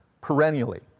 perennially